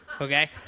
Okay